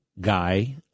guy